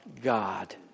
God